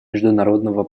международного